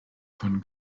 von